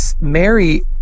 Mary